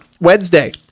wednesday